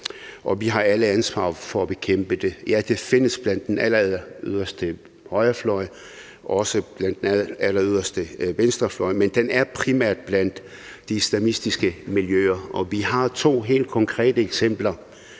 vi har alle ansvar for at bekæmpe det. Ja, det findes på den alleryderste højrefløj og også på den alleryderste venstrefløj, men den er primært i de islamistiske miljøer. Vi har to helt konkrete eksempler